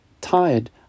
tired